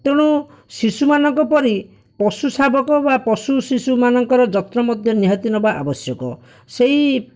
ତେଣୁ ଶିଶୁମାନଙ୍କ ପରି ପଶୁ ଶାବକ ବା ପଶୁ ଶିଶୁମାନଙ୍କର ଯତ୍ନ ମଧ୍ୟ ନିହାତି ନେବା ଆବଶ୍ୟକ ସେହି